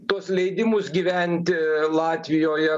tuos leidimus gyventi latvijoje